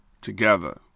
together